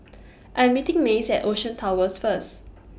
I'm meeting Mace At Ocean Towers First